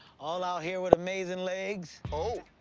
all out here with amazing legs.